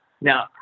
Now